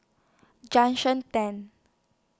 Junction ten